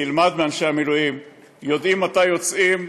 תלמד מאנשי המילואים: יודעים מתי יוצאים,